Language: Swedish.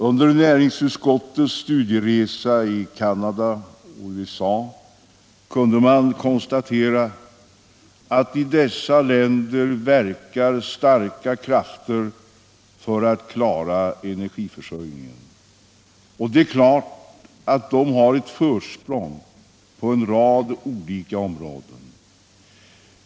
Under näringsutskottets studieresa i Canada och USA kunde man konstatera, att i dessa länder verkar starka krafter för att klara energiförsörjningen. Det är klart att de har ett försprång på en rad olika områden.